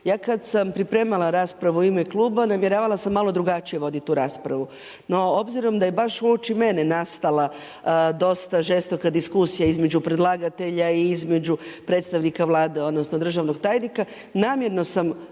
Ja kad sam pripremala raspravu u ime kluba, namjeravala sam malo drugačije voditi tu raspravu. No, obzirom da je baš uoči mene nastala dosta žestoka diskusija između predlagatelja i između predstavnika Vlade, odnosno državnog tajnica, namjerno sam